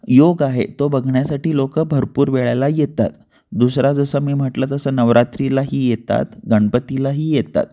योग आहे तो बघण्यासाठी लोकं भरपूर वेळेला येतात दुसरा जसं मी म्हटलं तसं नवरात्रीलाही येतात गणपतीलाही येतात